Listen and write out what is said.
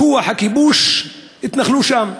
מכוח הכיבוש התנחלו שם.